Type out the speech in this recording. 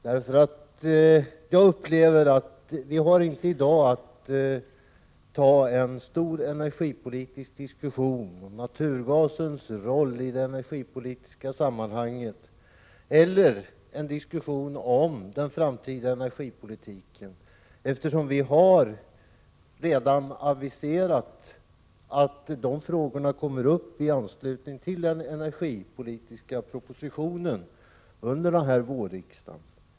Vi har inte att i dag föra en stor energipolitisk diskussion om naturgasens roll i det energipolitiska sammanhanget eller en diskussion om den framtida energipolitiken. Vi har ju redan tidigare aviserat att dessa frågor kommer upp i anslutning till behandlingen av den energipolitiska propositionen under våren.